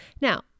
Now